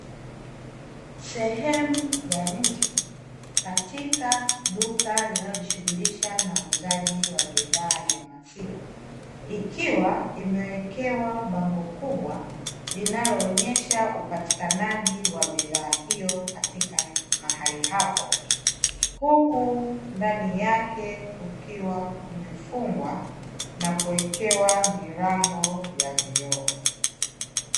Sehemu ya nje katika duka linaloshughulisha na uuzaji wa bidhaa ya maziwa, ikiwa imewekewa bango kubwa linaloonyesha upatikanaji wa bidhaa hiyo katika mahali hapo, huku ndani yake kukiwa kumefungwa na kuwekewa milango ya vioo.